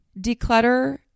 declutter